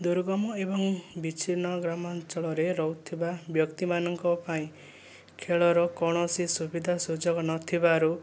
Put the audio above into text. ଦୁର୍ଗମ ଏବଂ ବିଚ୍ଛିନ୍ନ ଗ୍ରାମାଞ୍ଚଳରେ ରହୁଥିବା ବ୍ୟକ୍ତିମାନଙ୍କ ପାଇଁ ଖେଳର କୌଣସି ସୁବିଧା ସୁଯୋଗ ନଥିବାରୁ